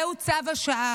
זהו צו השעה.